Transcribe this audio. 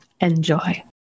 Enjoy